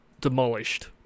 demolished